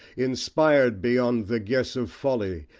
inspired, beyond the guess of folly,